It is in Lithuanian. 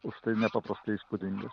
užtai nepaprastai įspūdingas